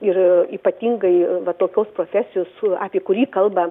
ir ypatingai va tokios profesijos apie kurį kalba